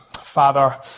Father